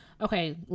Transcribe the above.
okay